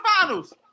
finals